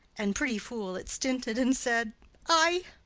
and, pretty fool, it stinted, and said ay.